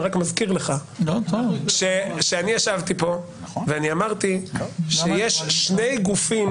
אני רק מזכיר לך שאני ישבתי פה ואני אמרתי שיש שני גופים